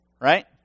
right